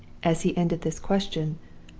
as he ended this question,